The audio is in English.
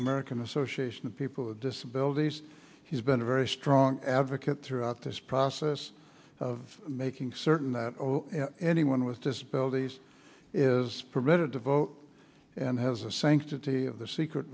american association of people with disabilities he's been a very strong advocate throughout this process of making certain that anyone with disabilities is permitted to vote and has a sanctity of the secret